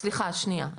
סליחה שניה,